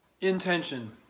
intention